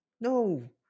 No